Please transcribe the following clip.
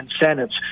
incentives